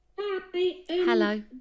Hello